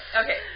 Okay